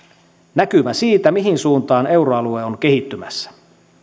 näkymä siitä mihin suuntaan euroalue on kehittymässä